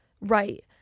Right